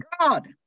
God